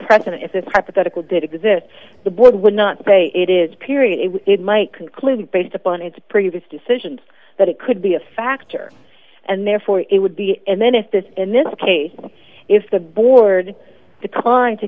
precedent if this hypothetical did exist the board would not say it is period it might conclude based upon its previous decisions that it could be a factor and therefore it would be and then if this in this case if the board declined to